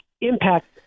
impact